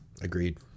agreed